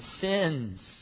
sins